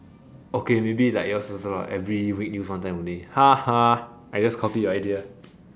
okay maybe like yours also lor every week use one time only I just copied your idea